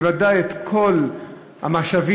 ובוודאי את כל המשאבים,